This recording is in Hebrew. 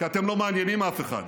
כי אתם לא מעניינים אף אחד.